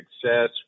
success